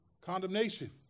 Condemnation